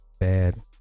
Bad